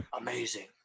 Amazing